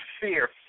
fear